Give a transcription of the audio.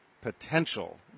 potential